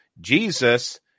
Jesus